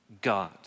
God